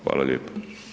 Hvala lijepo.